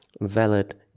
valid